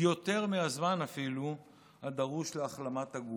אפילו יותר מהזמן הדרוש להחלמת הגוף,